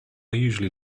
usually